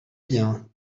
bien